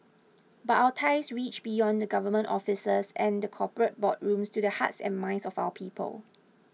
but our ties reach beyond the government offices and the corporate boardrooms to the hearts and minds of our people